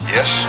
Yes